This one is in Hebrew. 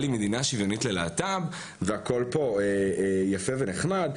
היא מדינה שוויונית ללהט"ב והכול פה יפה ונחמד.